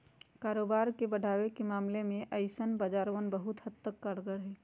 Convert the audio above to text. कारोबार के बढ़ावे के मामले में ऐसन बाजारवन बहुत हद तक कारगर हई